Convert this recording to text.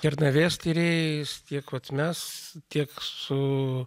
kernavės tyrėjais tiek vat mes tiek su